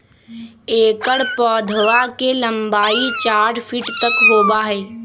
एकर पौधवा के लंबाई चार फीट तक होबा हई